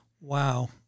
wow